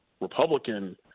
Republican